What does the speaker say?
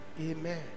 Amen